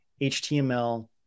HTML